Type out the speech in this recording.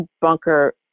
Bunker